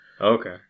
Okay